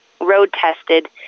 road-tested